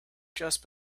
just